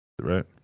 right